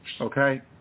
Okay